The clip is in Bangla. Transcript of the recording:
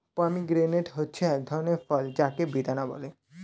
পমিগ্রেনেট হচ্ছে এক ধরনের ফল যাকে বেদানা বলে